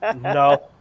No